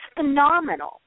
phenomenal